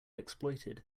exploited